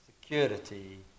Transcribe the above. security